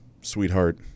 sweetheart